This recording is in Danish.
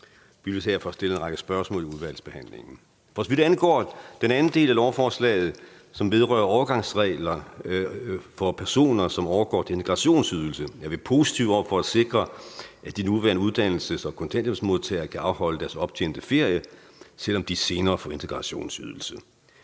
Vi vil derfor stille en række spørgsmål i udvalgsbehandlingen. For så vidt angår den anden del af lovforslaget, som vedrører overgangsregler for personer, som overgår til integrationsydelse, er vi positive over for at sikre, at de nuværende uddannelseshjælps- og kontanthjælpsmodtagere kan afholde deres optjente ferie, selv om de senere får integrationsydelse.